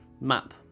map